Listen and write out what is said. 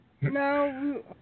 No